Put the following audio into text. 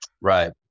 Right